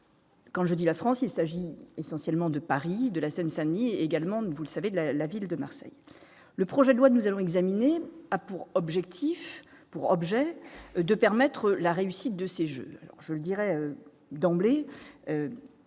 Quand je dis la France, il s'agit essentiellement de Paris de la Seine-Saint-Denis également de vous le savez de la la ville de Marseille, le projet de loi, nous allons examiner, a pour objectif pour objet de permettre la réussite de ces Jeux, je dirais, d'emblée,